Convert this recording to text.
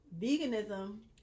veganism